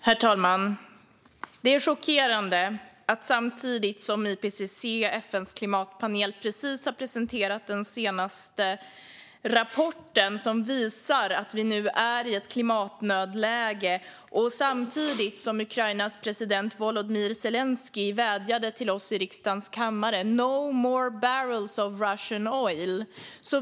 Herr talman! Det här är chockerande. IPCC, FN:s klimatpanel, har precis presenterat den senaste rapporten, som visar att vi nu är i ett klimatnödläge. Ukrainas president Volodymyr Zelenskyj vädjade till oss i riksdagens kammare: No more barrels of Russian oil!